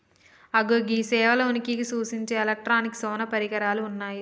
అగో గీ సేపల ఉనికిని సూచించే ఎలక్ట్రానిక్ సోనార్ పరికరాలు ఉన్నయ్యి